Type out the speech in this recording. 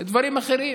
דברים אחרים.